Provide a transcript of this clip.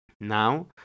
Now